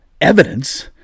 evidence